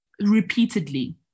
repeatedly